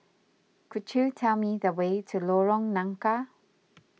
could you tell me the way to Lorong Nangka